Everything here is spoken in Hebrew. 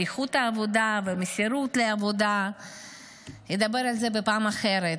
על איכות העבודה והמסירות לעבודה אדבר בפעם אחרת.